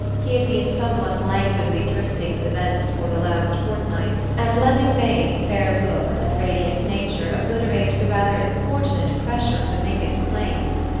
he had been somewhat languidly drifting with events for the last fortnight, and letting may's fair looks and radiant nature obliterate the rather importunate pressure of the mingott claims.